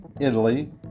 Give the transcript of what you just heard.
Italy